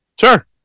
Sure